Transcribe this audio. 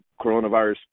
coronavirus